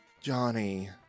Johnny